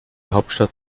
hauptstadt